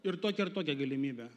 ir tokią ir tokią galimybę